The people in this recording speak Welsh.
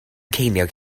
ceiniog